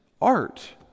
art